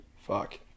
fuck